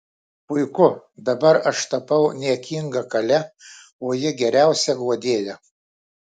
puiku dabar aš tapau niekinga kale o ji geriausia guodėja